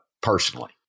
personally